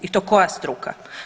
I to koja struka?